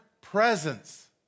presence